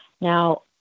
Now